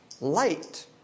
light